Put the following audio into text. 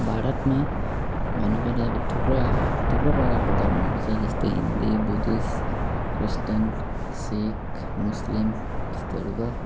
भारतमा भन्नुपर्दा अब थुप्रो आफ थुप्रो प्रकारको धर्महरू छ जस्तै Hindu Buddhist Christian Sikh Muslim त्यस्तोहरू भयो